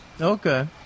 Okay